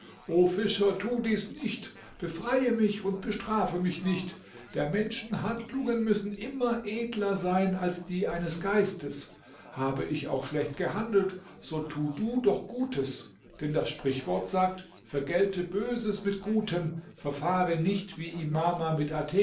fischer tu dies nicht befreie mich und bestrafe mich nicht der menschen handlungen müssen immer edler sein als die eines geistes habe ich auch schlecht gehandelt so tu du doch gutes denn das sprichwort sagt vergelte böses mit gutem verfahre nicht wie imama mit